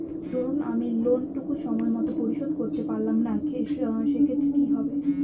ধরুন আমি লোন টুকু সময় মত পরিশোধ করতে পারলাম না সেক্ষেত্রে কি হবে?